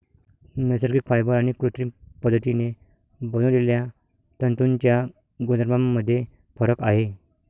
नैसर्गिक फायबर आणि कृत्रिम पद्धतीने बनवलेल्या तंतूंच्या गुणधर्मांमध्ये फरक आहे